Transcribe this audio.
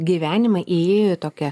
gyvenimą įėjo tokia